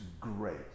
great